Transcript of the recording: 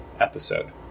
episode